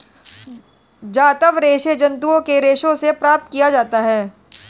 जांतव रेशे जंतुओं के रेशों से प्राप्त किया जाता है